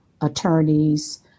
attorneys